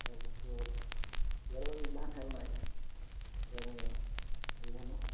তাৰ পাছত এতিয়া বাৰু এইগিলাখান খেল নাই এতিয়া আমি হেৰি খেলো